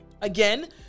Again